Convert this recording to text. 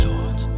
Lord